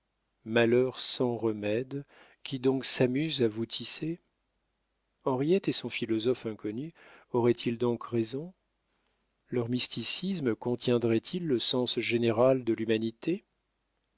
malheur sans remède qui donc s'amuse à vous tisser henriette et son philosophe inconnu auraient-ils donc raison leur mysticisme contiendrait il le sens général de l'humanité